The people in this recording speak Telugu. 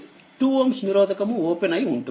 కాబట్టి2Ω నిరోధకము ఓపెన్ అయ్యి ఉంటుంది